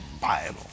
Bible